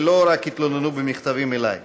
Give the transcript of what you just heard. ולא רק יתלוננו במכתבים אליי.